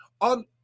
on